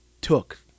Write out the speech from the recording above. took